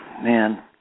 man